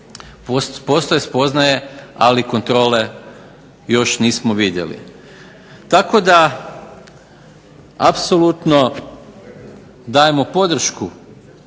postoje spoznaje ali kontrole nismo vidjeli. Tako da apsolutno dajemo podršku